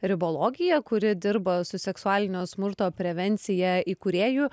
ribologija kuri dirba su seksualinio smurto prevencija įkūrėjų